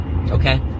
Okay